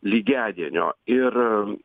lygiadienio ir